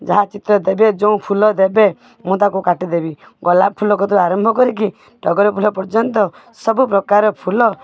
ଯାହା ଚିତ୍ର ଦେବେ ଯେଉଁ ଫୁଲ ଦେବେ ମୁଁ ତାକୁ କାଟିଦେବି ଗୋଲାପ ଫୁଲ କତିରୁ ଆରମ୍ଭ କରିକି ଟଗର ଫୁଲ ପର୍ଯ୍ୟନ୍ତ ସବୁପ୍ରକାର ଫୁଲ